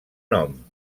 nom